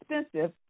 expensive